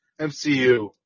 MCU